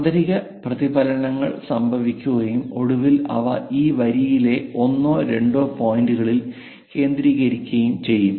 ആന്തരിക പ്രതിഫലനങ്ങൾ സംഭവിക്കുകയും ഒടുവിൽ അവ ഈ വരിയിലെ ഒന്നോ രണ്ടോ പോയിന്റുകളിൽ കേന്ദ്രീകരിക്കുകയും ചെയ്യും